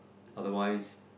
otherwise